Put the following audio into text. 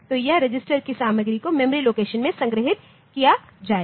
तो उस रजिस्टर की सामग्री को मेमोरी लोकेशन में संग्रहीत किया जाएगा